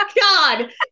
god